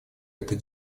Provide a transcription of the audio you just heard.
этой